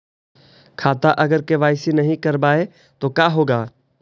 खाता अगर के.वाई.सी नही करबाए तो का होगा?